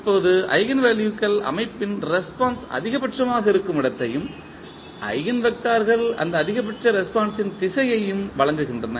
இப்போது ஈஜென்வெல்யூக்கள் அமைப்பின் ரெஸ்பான்ஸ் அதிகபட்சமாக இருக்கும் இடத்தையும் ஈஜென்வெக்டர்கள் அந்த அதிகபட்ச ரெஸ்பான்ஸ் ன் திசையையும் வழங்குகின்றன